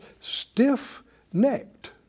stiff-necked